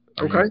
Okay